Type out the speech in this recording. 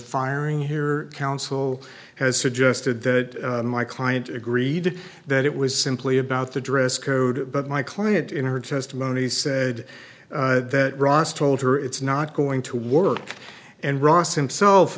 firing here counsel has suggested that my client agreed that it was simply about the dress code but my client in her testimony said that ross told her it's not going to work and ross himself